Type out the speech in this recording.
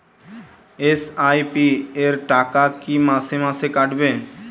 SIP র টাকা কী মাসে মাসে কাটবে?